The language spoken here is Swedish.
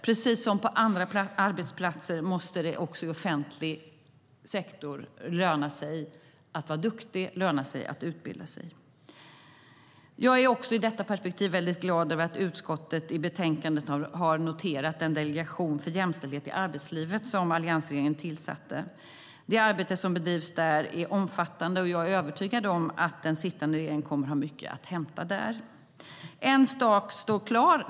Precis som på andra arbetsplatser måste det också i offentlig sektor löna sig att vara duktig och löna sig att utbilda sig. En sak står klar.